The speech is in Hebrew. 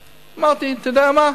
אמרתי: אתה יודע מה?